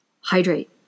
Hydrate